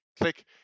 click